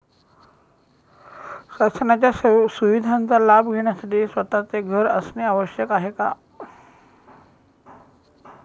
शासनाच्या सुविधांचा लाभ घेण्यासाठी स्वतःचे घर असणे आवश्यक आहे का?